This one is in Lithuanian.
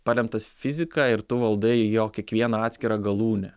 paremtas fizika ir tu valdai jo kiekvieną atskirą galūnę